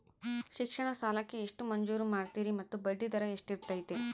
ಶಿಕ್ಷಣ ಸಾಲಕ್ಕೆ ಎಷ್ಟು ಮಂಜೂರು ಮಾಡ್ತೇರಿ ಮತ್ತು ಬಡ್ಡಿದರ ಎಷ್ಟಿರ್ತೈತೆ?